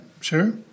sure